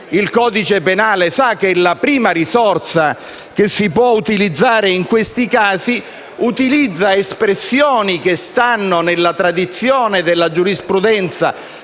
il codice penale sa che la prima risorsa che si può usare in questi casi è utilizzare espressioni proprie della tradizione della giurisprudenza